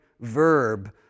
verb